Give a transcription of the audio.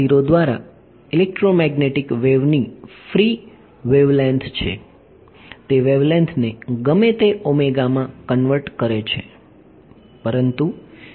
તે દ્વારા ઇલેક્ટ્રોમેગ્નેટિક વેવની ફ્રી વેવલેન્થ છે તે વેવલેન્થને ગમે તે માં કન્વર્ટ કરે છે